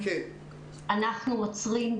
אנחנו עוצרים,